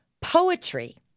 Poetry